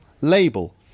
label